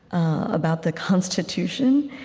about the constitution.